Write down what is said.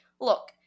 Look